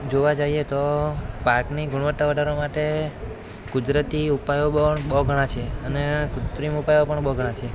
જોવા જઈએ તો પાકની ગુણવત્તા વધારવા માટે કુદરતી ઉપાયો બહુ બહુ ઘણાં છે અને કૃત્રિમ ઉપાયો પણ બહુ ઘણાં છે